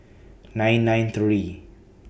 nine nine three